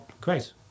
great